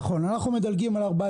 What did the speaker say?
אנחנו לא רוצים,